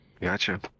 gotcha